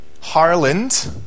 Harland